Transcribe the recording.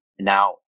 Now